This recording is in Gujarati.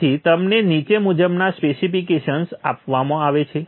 તેથી તમને નીચે મુજબના સ્પેસિફિકેશન્સ આપવામાં આવે છે